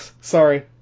Sorry